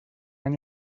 any